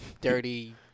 dirty